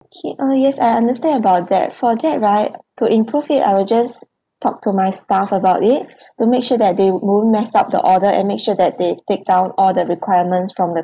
okay uh yes I understand about that for that right to improve it I will just talk to my staff about it to make sure that they won't mess up the order and make sure that they take down all the requirements from the